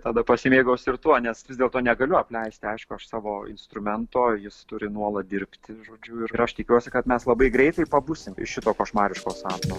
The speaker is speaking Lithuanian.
tada pasimėgaus ir tuo nes vis dėlto negaliu apleisti aišku aš savo instrumento jis turi nuolat dirbti žodžiu ir aš tikiuosi kad mes labai greitai pabusim iš šito košmariško sapno